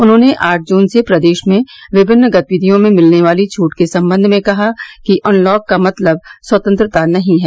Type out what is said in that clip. उन्होंने आठ जून से प्रदेश में विभिन्न गतिविधियों में मिलने वाली छूट के सम्बंव में कहा कि अनलॉक का मतलब स्वतंत्रता नहीं है